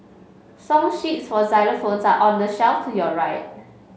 song sheets for xylophones are on the shelf to your right